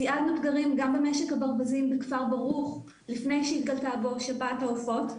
תיעדנו פגרים גם במשק הברווזים בכפר ברוך לפני שהתגלה בו שפעת העופות.